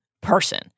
person